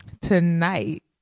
tonight